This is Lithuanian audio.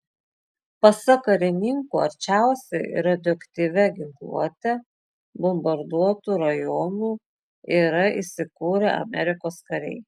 pasak karininko arčiausiai radioaktyvia ginkluote bombarduotų rajonų yra įsikūrę amerikos kariai